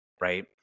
Right